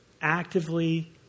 actively